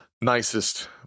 nicest